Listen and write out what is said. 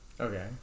Okay